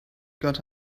got